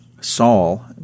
Saul